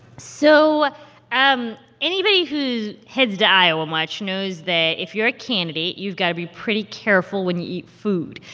so um anybody who heads to iowa much knows that if you're a candidate, you've got to be pretty careful when you eat food.